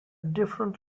different